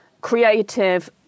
creative